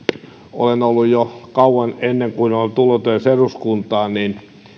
olen ollut jo kauan ennen kuin olen edes tullut eduskuntaan